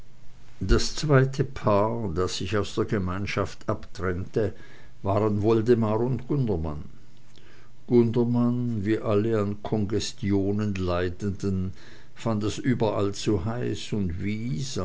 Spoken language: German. das zweite paar das sich aus der gemeinschaft abtrennte waren woldemar und gundermann gundermann wie alle an kongestionen leidende fand es überall zu heiß und wies